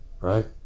Right